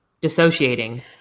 dissociating